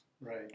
Right